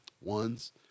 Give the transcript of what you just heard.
ones